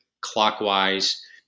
clockwise